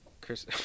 Chris